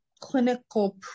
clinical